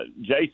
Jason